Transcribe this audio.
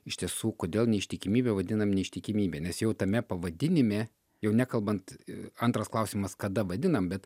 iš tiesų kodėl neištikimybę vadinam neištikimybe nes jau tame pavadinime jau nekalbant antras klausimas kada vadinam bet